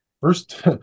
first